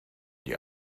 die